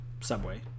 subway